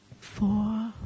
four